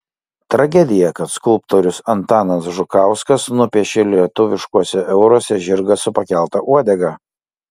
tragedija kad skulptorius antanas žukauskas nupiešė lietuviškuose euruose žirgą su pakelta uodega